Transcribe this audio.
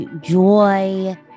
joy